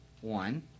One